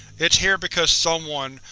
it's here because someone,